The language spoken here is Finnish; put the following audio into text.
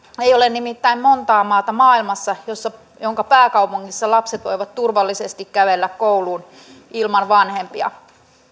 ei ole nimittäin monta maata maailmassa jonka pääkaupungissa lapset voivat turvallisesti kävellä kouluun ilman vanhempia